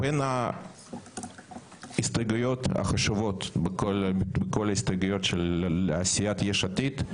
הצבעה ההסתייגות לא נתקבלה גם הסתייגות מספר 56 לא התקבלה.